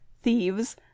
thieves